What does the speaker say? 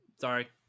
Sorry